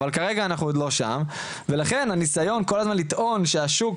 אבל כרגע אנחנו עוד לא שם ולכן הניסיון כל הזמן לטעון שהשוק